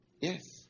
Yes